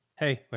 hey,